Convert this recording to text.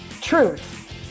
Truth